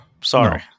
Sorry